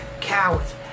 cowards